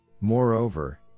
Moreover